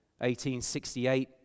1868